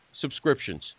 subscriptions